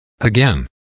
Again